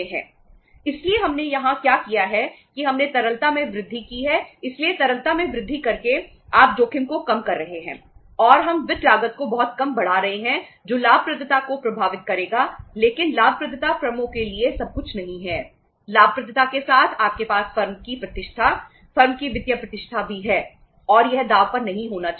इसलिए हमने यहां क्या किया है कि हमने तरलता में वृद्धि की है इसलिए तरलता में वृद्धि करके आप जोखिम को कम कर रहे हैं और हम वित्त लागत को बहुत कम बढ़ा रहे हैं जो लाभप्रदता को प्रभावित करेगा लेकिन लाभप्रदता फर्मों के लिए सब कुछ नहीं है लाभप्रदता के साथ आपके पास फर्म की प्रतिष्ठा फर्म की वित्तीय प्रतिष्ठा भी है और यह दांव पर नहीं होना चाहिए